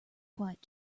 quite